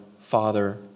father